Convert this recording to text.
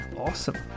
awesome